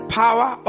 power